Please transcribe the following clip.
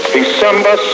December